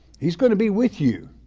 he's gonna be with you.